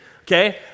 okay